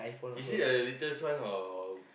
is it a latest one or